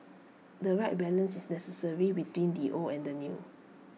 the right balance is necessary between the old and the new